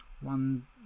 one